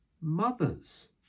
mothers